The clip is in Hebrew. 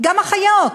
גם אחיות,